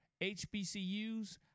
HBCUs